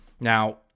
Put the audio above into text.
Now